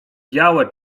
białe